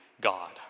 God